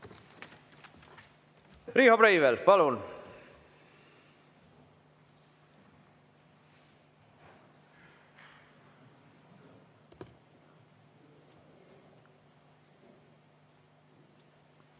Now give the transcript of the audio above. Riho Breivel, palun!